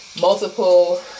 multiple